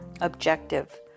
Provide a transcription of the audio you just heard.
objective